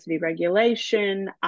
regulation